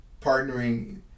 Partnering